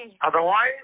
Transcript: otherwise